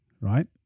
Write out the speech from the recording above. right